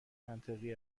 منطقی